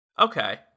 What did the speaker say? Okay